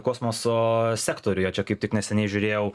kosmoso sektoriuje čia kaip tik neseniai žiūrėjau